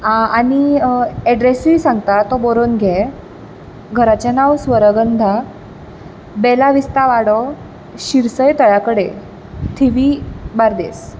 आं आनी अड्रेसुय सांगता तो बरोवन घे घराचें नांव स्वरगंधा बॅला विस्ता वाडो शिरसय तळ्या कडेन थिवी बार्देस